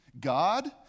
God